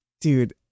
Dude